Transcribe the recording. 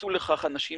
הקצו לכך אנשים